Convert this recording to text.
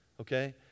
Okay